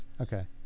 Okay